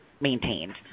maintained